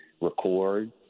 record